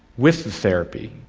with the therapy,